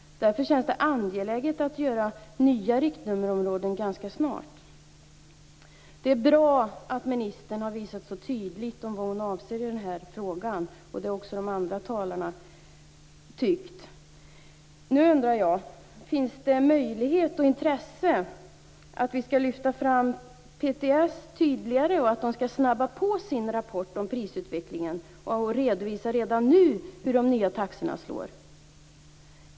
Därför känns det angeläget att göra nya riktnummerområden ganska snart. Det är bra att ministern så tydligt har visat vad hon avser i den här frågan, och det har också de andra talarna tyckt. Nu undrar jag: Är det möjligt och finns det något intresse för att lyfta fram PTS tydligare? Kan man snabba på rapporten om prisutveckling och redan nu redovisa hur de nya taxorna slår?